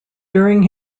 during